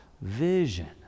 vision